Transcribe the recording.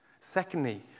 Secondly